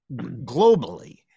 globally